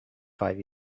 five